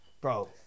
bro